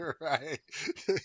right